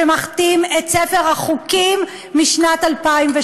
שמכתים את ספר החוקים משנת 2003,